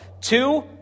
Two